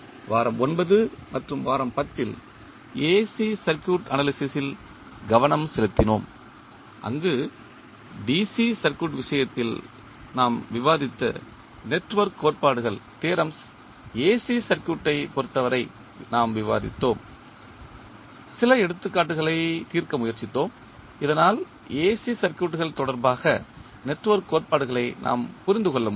வாரம் 9 மற்றும் 10 ல் AC சர்க்யூட் அனாலிசிஸ் ல் கவனம் செலுத்தினோம் அங்கு DC சர்க்யூட் விஷயத்தில் ஆம் விவாதித்த நெட்வொர்க் கோட்பாடுகள் AC சர்க்யூட்டைப் பொறுத்தவரை நாம் விவாதித்தோம் சில எடுத்துக்காட்டுகளை தீர்க்க முயற்சித்தோம் இதனால் AC சர்க்யூட்கள் தொடர்பாக நெட்வொர்க் கோட்பாடுகளை நாம் புரிந்து கொள்ள முடியும்